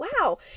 wow